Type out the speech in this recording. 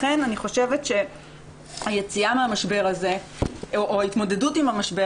לכן אני חושבת שהיציאה מהמשבר הזה או ההתמודדות עם המשבר